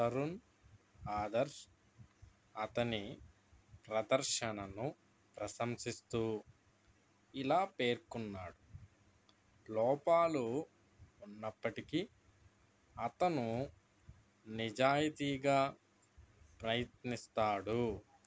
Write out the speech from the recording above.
తరుణ్ ఆదర్శ్ అతని ప్రదర్శనను ప్రశంసిస్తూ ఇలా పేర్కొన్నాడు లోపాలు ఉన్నప్పటికీ అతను నిజాయితీగా ప్రయత్నిస్తాడు